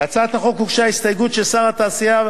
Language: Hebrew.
להצעת החוק הוגשה הסתייגות של שר התעשייה,